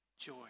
Joy